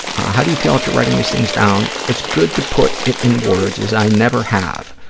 how do you feel after writing these things down? it's good to put it in words, as i never have,